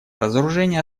разоружение